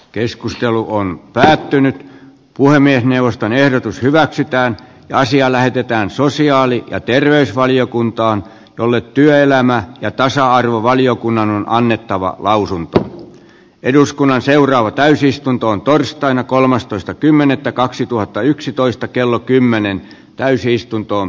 keskustelu on päättynyt puhemiesneuvoston ehdotus hyväksytään asia lähetetään sosiaali ja terveysvaliokuntaan tulee työelämää ja tasa arvovaliokunnan on annettava lausunto eduskunnan seuraava täysistuntoon torstaina kolmastoista kymmenettä kaksituhattayksitoista kello kymmenen täysi hyväksyy